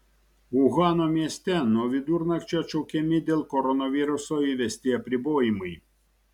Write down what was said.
uhano mieste nuo vidurnakčio atšaukiami dėl koronaviruso įvesti apribojimai